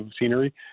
scenery